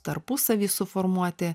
tarpusavy suformuoti